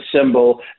symbol